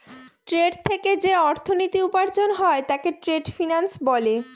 trade থেকে যে অর্থনীতি উপার্জন হয় তাকে ট্রেড ফিন্যান্স বলে